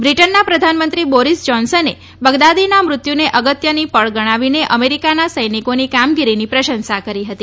બ્રિટનના પ્રધાનમંત્રી બોરીસ જોન્સને બગદાદીના મૃત્યુને અગત્યની પળ ગણાવીને અમેરિકાના સૈનિકોની કામગીરીની પ્રશંસા કરી હતી